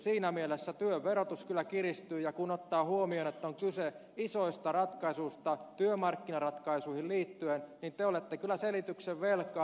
siinä mielessä työn verotus kyllä kiristyy ja kun ottaa huomioon että on kyse isoista ratkaisuista työmarkkinaratkaisuihin liittyen niin te olette kyllä selityksen velkaa